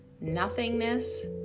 nothingness